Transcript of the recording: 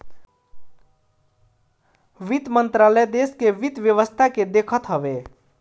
वित्त मंत्रालय देस के वित्त व्यवस्था के देखत हवे